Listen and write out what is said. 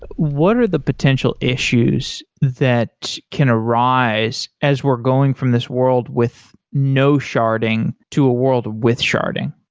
what are the potential issues that can arise as we're going from this world with no sharding to a world with sharding?